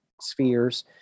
spheres